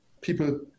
people